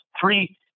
three